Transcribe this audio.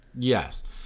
Yes